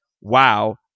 wow